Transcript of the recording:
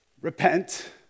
repent